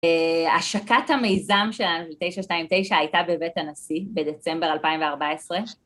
השקת המיזם שלנו ב-929 הייתה בבית הנשיא, בדצמבר 2014.